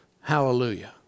Hallelujah